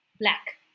Black